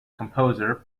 composer